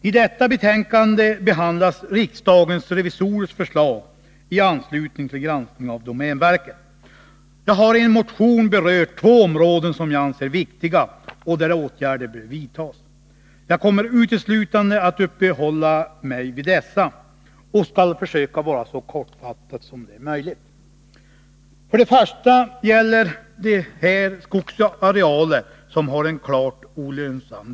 I detta betänkande behandlas riksdagens revisorers förslag i anslutning till granskning av domänverket. Jag har i en motion berört två områden som jag anser viktiga och där åtgärder bör vidtas. Jag kommer uteslutande att uppehålla mig vid dessa och skall försöka vara så kortfattad som det är möjligt. För det första gäller det här skogsarealer där driften är klart olönsam.